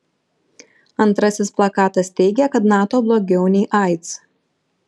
antrasis plakatas teigė kad nato blogiau nei aids